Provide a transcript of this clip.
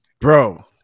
Bro